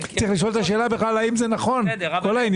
צריך לשאול את השאלה האם בכלל זה נכון כל העניין.